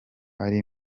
ari